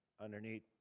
underneath